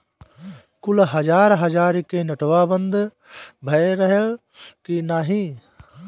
कुल हजार हजार के नोट्वा बंद भए रहल की नाही